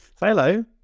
hello